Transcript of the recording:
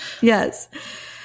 Yes